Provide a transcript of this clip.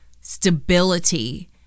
stability